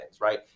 right